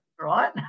right